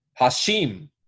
Hashim